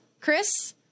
Chris